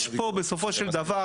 יש פה בסופו של דבר,